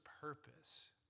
purpose